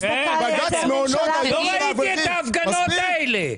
לא ראיתי את ההפגנות האלה.